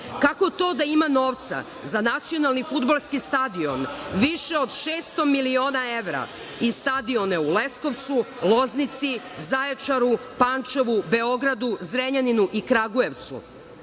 to da ima novca za nacionalni fudbalski stadion više od 600 miliona evra i stadione u Leskovcu, Loznici, Zaječaru, Pančevu, Beogradu, Zrenjaninu i Kragujevcu,